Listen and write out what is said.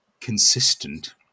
consistent